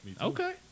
Okay